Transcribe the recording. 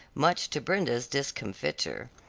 much to brenda's discomfiture,